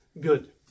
good